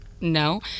no